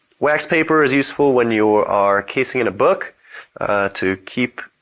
wax paper is useful when you are casing and a book to keep